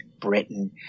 Britain